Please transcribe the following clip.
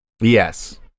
Yes